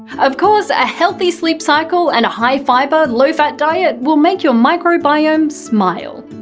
of course, a healthy sleep cycle and a high-fibre, low-fat diet will make your microbiome smile.